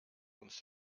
uns